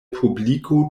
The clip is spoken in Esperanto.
publiko